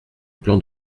plan